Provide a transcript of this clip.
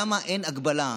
למה אין הגבלה?